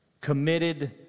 committed